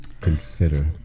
consider